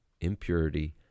impurity